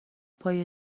پای